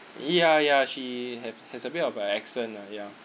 ya ya she have has a bit of an accent lah ya